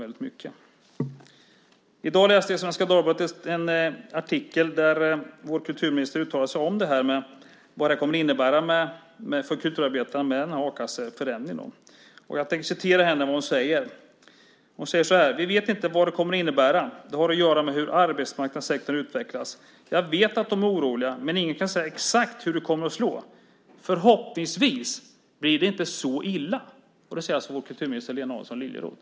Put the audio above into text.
I dag läste jag en artikel i Svenska Dagbladet där vår kulturminister uttalade sig om vad a-kasseförändringen kommer att innebära för kulturarbetarna. Hon säger så här: "Vi vet inte vad det kommer att innebära, det har att göra med hur arbetsmarknadssektorn utvecklas. Jag vet att de är oroliga, men ingen kan säga exakt hur det kommer att slå, förhoppningsvis blir det inte så illa." Så säger vår kulturminister Lena Adelsohn Liljeroth.